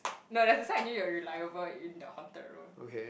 no there's a sign I knew you were reliable in the haunted room